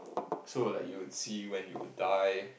so like you would see when you would die